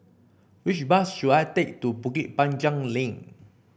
which bus should I take to Bukit Panjang Link